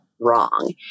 wrong